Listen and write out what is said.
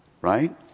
Right